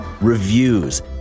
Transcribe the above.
reviews